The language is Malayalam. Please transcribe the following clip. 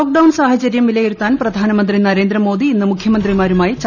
ലോക്ഡൌൺ സാഹചര്യം വിലയിരുത്താൻ പ്രധാനമന്ത്രി നരേന്ദ്രമോദി ഇന്ന് മുഖ്യമന്ത്രിമാരുമായി ചർച്ച നടത്തും